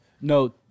No